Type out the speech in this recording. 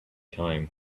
time